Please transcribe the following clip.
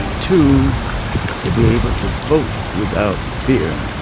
two to be able to vote without fear